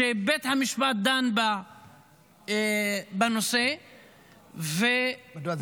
שבית המשפט דן בנושא -- מדוע זה קרה?